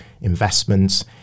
investments